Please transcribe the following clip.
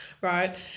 right